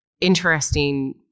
Interesting